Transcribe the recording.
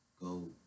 go